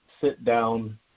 sit-down